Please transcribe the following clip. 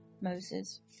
Moses